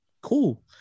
cool